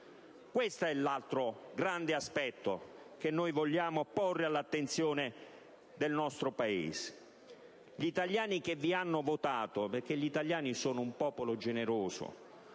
Questo è l'altro grande aspetto che vogliamo porre all'attenzione del nostro Paese. Gli italiani che vi hanno votato hanno accettato di tutto, perché sono un popolo generoso.